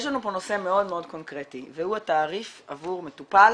יש לנו פה נושא מאוד מאוד קונקרטי והוא התעריף עבור מטופל